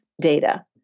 data